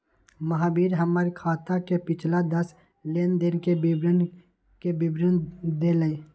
महावीर हमर खाता के पिछला दस लेनदेन के विवरण के विवरण देलय